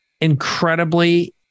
incredibly